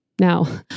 Now